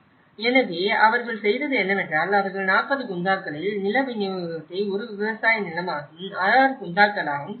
எனவே அவர்கள் செய்தது என்னவென்றால் அவர்கள் 40 குந்தாக்களில் நில விநியோகத்தை ஒரு விவசாய நிலமாகவும் 6 குந்தாக்களாகவும் பிரித்தனர்